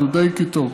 דודי קיטור,